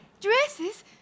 Dresses